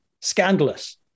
Scandalous